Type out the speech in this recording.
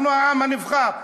אנחנו העם הנבחר.